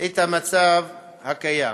את המצב הקיים.